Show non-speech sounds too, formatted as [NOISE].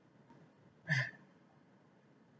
[NOISE]